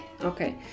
Okay